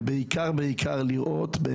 בעיקר בעיקר לראות את